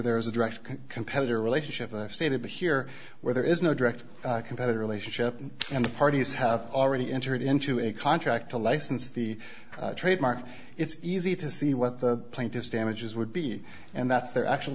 there is a direct competitor relationship stated here where there is no direct competitor relationship and the parties have already entered into a contract to license the trademark it's easy to see what the plaintiffs damages would be and that's their actual